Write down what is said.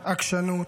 עקשנות,